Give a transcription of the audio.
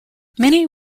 many